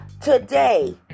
Today